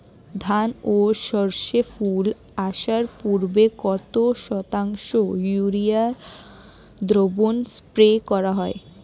ধান ও সর্ষে ফুল আসার পূর্বে কত শতাংশ ইউরিয়া দ্রবণ স্প্রে করা হয়?